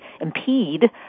impede